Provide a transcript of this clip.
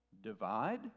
Divide